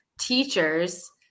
teachers